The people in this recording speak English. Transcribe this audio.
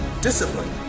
discipline